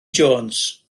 jones